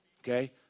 okay